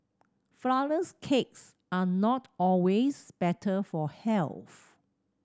flourless cakes are not always better for health